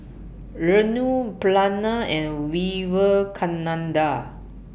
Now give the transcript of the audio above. Renu Pranav and Vivekananda